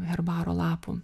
herbaro lapų